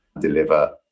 deliver